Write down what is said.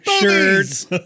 shirts